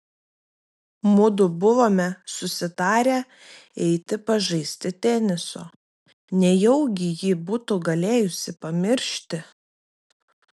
mudu buvome susitarę eiti pažaisti teniso nejaugi ji būtų galėjusi pamiršti